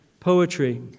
Poetry